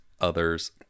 others